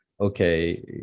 okay